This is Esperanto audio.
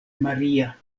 maria